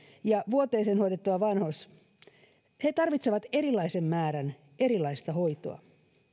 ja vuoteeseen hoidettava vanhus tarvitsevat erilaisen määrän erilaista hoitoa